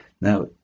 Now